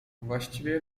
właściwie